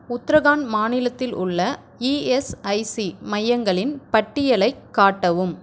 உத்தராகாண்ட் மாநிலத்தில் உள்ள இஎஸ்ஐசி மையங்களின் பட்டியலைக் காட்டவும்